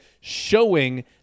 showing